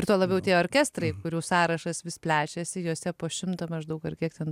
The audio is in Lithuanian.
ir tuo labiau tie orkestrai kurių sąrašas vis plečiasi jose po šimtą maždaug kiek ten